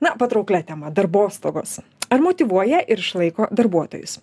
na patrauklia tema darbostogos ar motyvuoja ir išlaiko darbuotojus